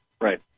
Right